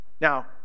now